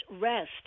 rest